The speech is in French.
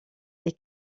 est